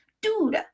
dude